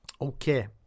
Okay